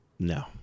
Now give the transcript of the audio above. No